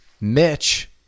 Mitch